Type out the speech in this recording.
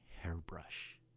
hairbrush